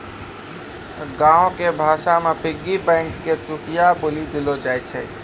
गांवो के भाषा मे पिग्गी बैंको के चुकियो बोलि देलो जाय छै